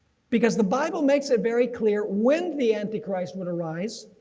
because the bible makes it very clear when the antichrist would arise,